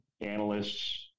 analysts